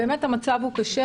המצב אכן קשה,